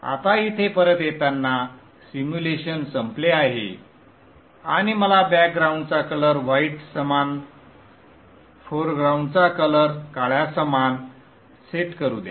आता इथे परत येताना सिम्युलेशन संपले आहे आणि मला बॅकग्राउंडचा कलर व्हाईट सामान फोरग्राऊंडचा कलर काळ्या सामान सेट करू द्या